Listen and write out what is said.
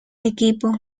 equipo